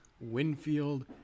Winfield